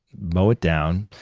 mow it down,